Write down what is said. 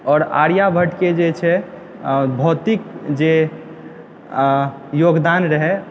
आओर आर्याभट्टके जे छै भौतिक जे योगदान रहय